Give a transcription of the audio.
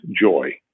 joy